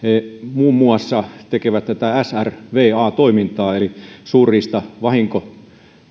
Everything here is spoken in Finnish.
muun muassa tekevät srva toimintaa eli suurriistavahinkotoimintaa